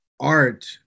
art